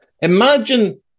Imagine